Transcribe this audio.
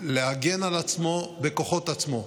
להגן על עצמו בכוחות עצמו.